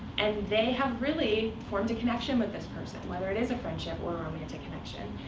and they have really formed a connection with this person, whether it is a friendship or a romantic connection.